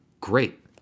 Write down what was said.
great